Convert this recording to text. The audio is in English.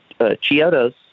Chiodos